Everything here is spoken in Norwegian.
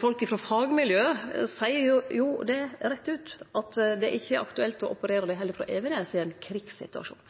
Folk frå fagmiljøet seier det rett ut, at det heller ikkje er aktuelt å operere det frå Evenes i ein krigssituasjon.